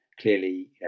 Clearly